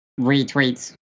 retweets